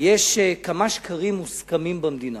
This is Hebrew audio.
יש כמה שקרים מוסכמים במדינה,